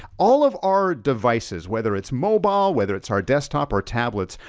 all of our devices, whether it's mobile, whether it's our desktop or tablets,